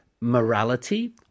morality